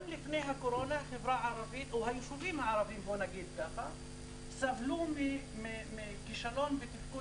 גם לפני הקורונה היישובים הערבים סבלו מכישלון בתפקוד